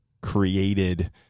created